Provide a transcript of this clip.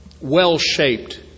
well-shaped